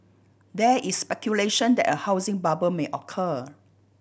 there is speculation that a housing bubble may occur